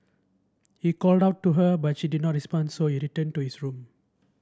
he called out to her but she did not respond so he returned to his room